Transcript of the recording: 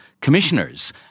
commissioners